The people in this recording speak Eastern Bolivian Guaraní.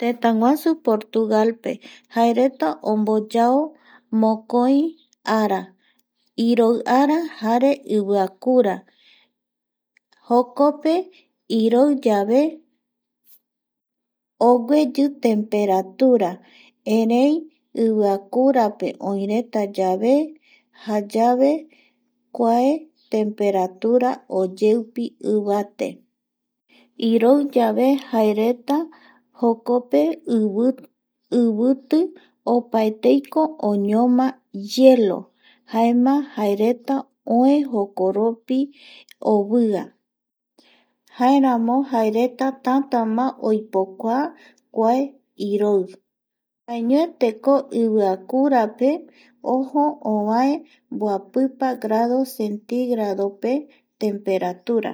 Tëtäguasu Portuagalpe jaereta omboyao mokoi ara iroiara jare iviakura jokpe iroi yave ogueyi temperatura erei iviakurape oïreta yave jayave kua temperatura oyeupi ivate. iroiyave jaereta jokope iviti opaeteiko oñoma hielo jaema jaereta oe jokoropi ovia jeramo jaereta tantama oipokua kua iroi jaeñoeteko iviakurape ojo ovae mboapipa grado centígradope temperatura